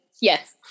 Yes